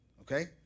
Okay